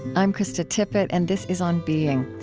i'm krista tippett, and this is on being.